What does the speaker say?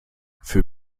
für